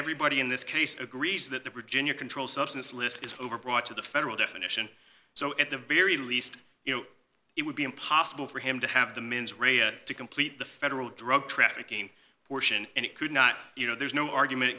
everybody in this case agrees that the virginia controlled substance list is over brought to the federal definition so at the very least you know it would be impossible for him to have the mens rea to complete the federal drug trafficking portion and it could not you know there's no argument